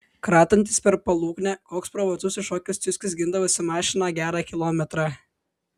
kratantis per paluknę koks pro vartus iššokęs ciuckis gindavosi mašiną gerą kilometrą